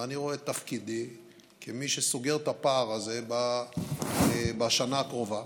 ואני רואה את תפקידי כמי שסוגר את הפער הזה בשנה הקרובה.